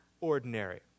ordinary